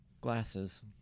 glasses